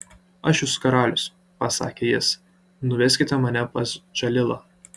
aš jūsų karalius pasakė jis nuveskite mane pas džalilą